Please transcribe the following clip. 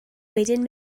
wedyn